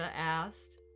asked